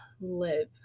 live